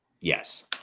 Yes